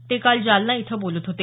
ते काल जालना इथं बोलत होते